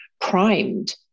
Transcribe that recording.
primed